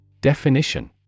Definition